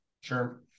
Sure